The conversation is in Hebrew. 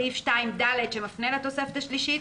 סעיף 2(ד) שמפנה לתוספת השלישית,